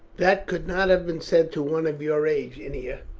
that could not have been said to one of your age, ennia.